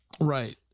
right